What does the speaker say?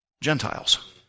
Gentiles